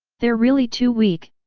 they're really too weak,